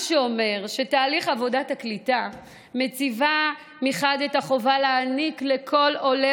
מה שאומר שתהליך עבודת הקליטה מציב את החובה להעניק לכל עולה